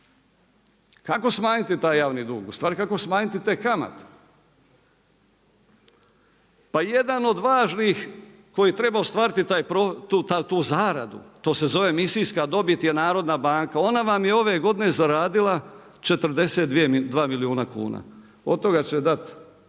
Kako smanjiti taj javni dug, ustvari kako smanjiti te kamate? Pa jedan od važnih koji treba ostvariti tu zaradu, to se zove misijska dobit je narodna banka. Ona vam je ove godine zaradila 42 milijuna kuna. Od toga će dati